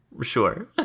Sure